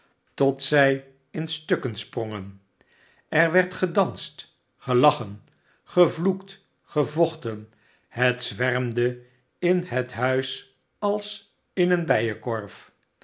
tot zij in stukken sprongen er werd gedanst gelachen gevloekt gevochten het zwermde in het huis als in een